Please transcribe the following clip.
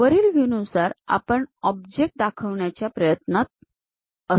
वरील व्ह्यूनुसार आपण ऑब्जेक्ट दाखवण्याच्या प्रयत्न करत असू तर आपल्याला संपूर्ण तपशील दिसतील